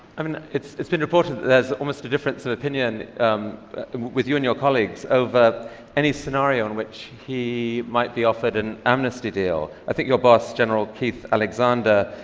i mean it's it's been reported that there's almost a difference of opinion with you and your colleagues over any scenario in which he might be offered an amnesty deal. i think your boss, general keith alexander,